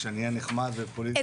שאהיה נחמד ופוליטיקלי ---?